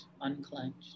unclenched